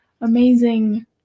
amazing